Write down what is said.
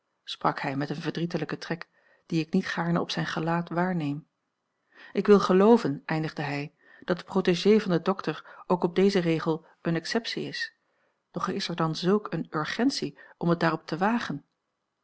sprak hij met een verdrietelijken trek dien ik niet gaarne op zijn gelaat waarneem ik wil gelooven eindigde hij dat de protégée van den dokter ook op dezen regel eene exceptie is doch is er dan zulk eene urgentie om het daarop te wagen